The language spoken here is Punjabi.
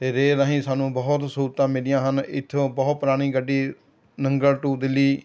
ਅਤੇ ਰੇਲ ਰਾਹੀਂ ਸਾਨੂੰ ਬਹੁਤ ਸਹੂਲਤਾਂ ਮਿਲੀਆਂ ਹਨ ਇੱਥੋਂ ਬਹੁਤ ਪੁਰਾਣੀ ਗੱਡੀ ਨੰਗਲ ਟੂ ਦਿੱਲੀ